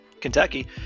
Kentucky